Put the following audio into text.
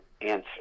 answer